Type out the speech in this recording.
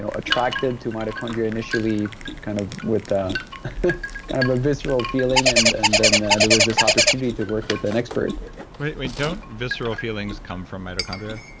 attracted to mitochondria initially kind of with ah kind of a visceral feeling, and and then there was this opportunity to work with an expert wait, don't visceral feelings come from mitochondria?